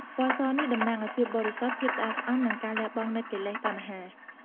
ពណ៌សនេះតំណាងឱ្យភាពបរិសុទ្ធ ភាពស្អាតស្អំ និងការលះបង់នូវកិលេសតណ្ហា។